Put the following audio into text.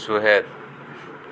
ᱥᱚᱦᱮᱫ